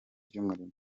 ry’umurimo